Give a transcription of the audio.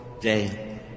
day